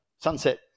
sunset